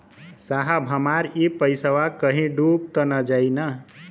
साहब हमार इ पइसवा कहि डूब त ना जाई न?